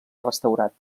restaurat